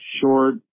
short